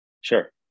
Sure